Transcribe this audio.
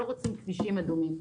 לא רוצים כבישים אדומים.